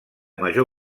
major